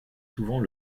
souvent